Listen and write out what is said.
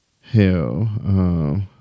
hell